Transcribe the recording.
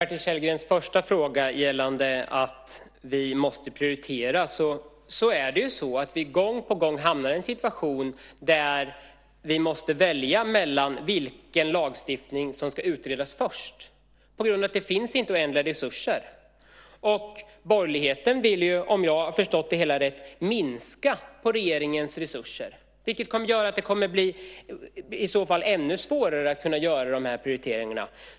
Herr talman! Bertil Kjellbergs första fråga gällde att vi måste prioritera. Det är ju så att vi gång på gång hamnar i en situation där vi måste välja vilken lagstiftning som ska utredas först, på grund av att det inte finns oändliga resurser. Borgerligheten vill ju, om jag har förstått det hela rätt, minska på regeringens resurser, vilket i så fall gör att det blir ännu svårare att kunna göra de här prioriteringarna.